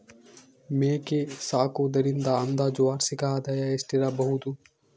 ಮೇಕೆ ಸಾಕುವುದರಿಂದ ಅಂದಾಜು ವಾರ್ಷಿಕ ಆದಾಯ ಎಷ್ಟಿರಬಹುದು?